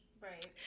Right